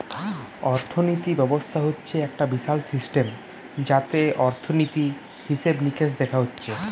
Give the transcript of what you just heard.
অর্থিনীতি ব্যবস্থা হচ্ছে একটা বিশাল সিস্টেম যাতে অর্থনীতি, হিসেবে নিকেশ দেখা হচ্ছে